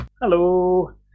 Hello